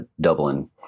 Dublin